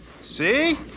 See